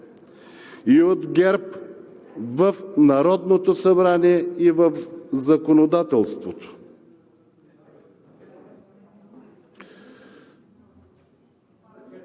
и от ГЕРБ в Народното събрание и в законодателството.